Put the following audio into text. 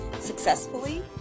successfully